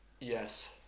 Yes